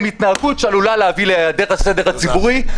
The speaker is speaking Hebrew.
התנהגות שעלולה להביא להיעדר הסדר הציבורי.